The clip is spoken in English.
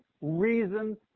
reason